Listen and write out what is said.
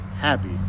happy